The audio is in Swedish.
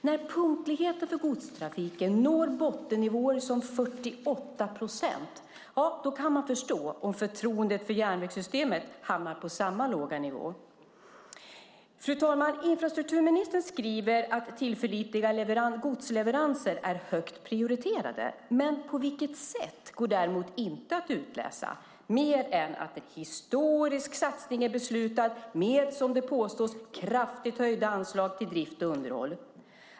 När punktligheten för godstrafiken når bottennivåer, som 48 procent, kan man förstå om förtroendet för järnvägssystemet hamnar på samma låga nivå. Fru talman! Infrastrukturministern skriver att tillförlitliga godsleveranser är högt prioriterade. På vilket sätt går däremot inte att utläsa mer än att en historisk satsning är beslutad med, som det påstås, kraftigt höjda anslag till drift och underhåll.